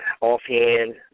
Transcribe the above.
offhand